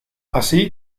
así